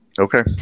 Okay